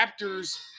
Raptors